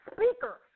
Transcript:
Speaker